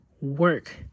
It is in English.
work